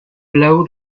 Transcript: blow